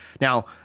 Now